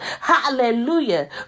Hallelujah